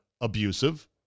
abusive